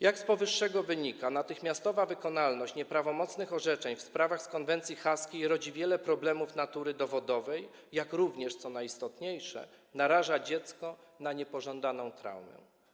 Jak z powyższego wynika, natychmiastowa wykonalność nieprawomocnych orzeczeń w sprawach z konwencji haskiej rodzi wiele problemów natury dowodowej, jak również, co najistotniejsze, naraża dziecko na niepożądaną traumę.